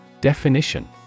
Definition